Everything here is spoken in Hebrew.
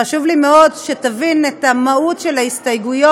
חשוב לי מאוד שתבין את המהות של ההסתייגויות,